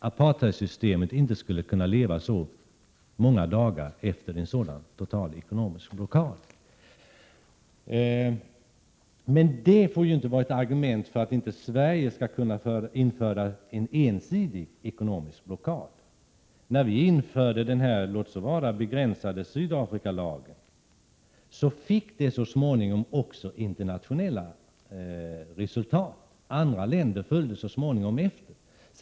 Apartheidsystemet skulle inte kunna leva så många dagar efter en total ekonomisk blockad. Men detta får inte vara ett argument för att Sverige inte skall kunna genomföra en ensidig ekonomisk blockad. När vi införde denna låt vara begränsade Sydafrikalag, fick det internationella resultat. Andra länder följde så småningom efter.